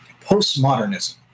postmodernism